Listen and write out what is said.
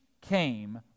came